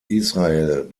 israel